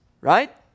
right